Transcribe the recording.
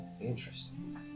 Interesting